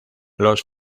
los